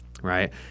right